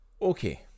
okay